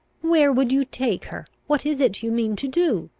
where would you take her? what is it you mean to do?